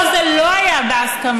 פה זה לא היה בהסכמה.